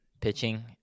pitching